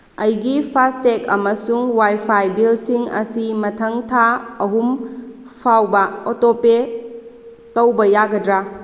ꯑꯩꯒꯤ ꯐꯥꯁꯇꯦꯛ ꯑꯃꯁꯨꯡ ꯋꯥꯏꯐꯥꯏ ꯕꯤꯜꯁꯤꯡ ꯑꯁꯤ ꯃꯊꯪ ꯊꯥ ꯑꯍꯨꯝ ꯐꯥꯎꯕ ꯑꯣꯇꯣꯄꯦ ꯇꯧꯕ ꯌꯥꯒꯗ꯭ꯔꯥ